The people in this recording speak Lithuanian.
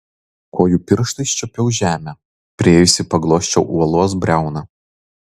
kojų pirštais čiuopiau žemę priėjusi paglosčiau uolos briauną